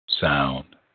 sound